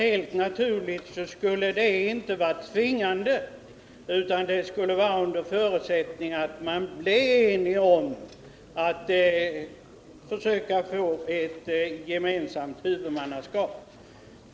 Helt naturligt skulle det inte vara tvingande, utan en förutsättning för det hela är att man blir enig om att försöka få ett gemensamt huvudmannaskap.